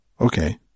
okay